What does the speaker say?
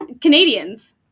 Canadian's